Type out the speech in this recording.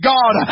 God